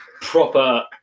proper